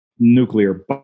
nuclear